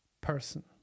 person